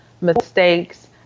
mistakes